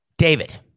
David